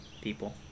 people